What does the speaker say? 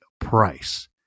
price